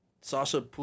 Sasha